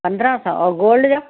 पंद्रहं सौ और गोल्ड जा